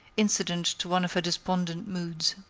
incident to one of her despondent moods.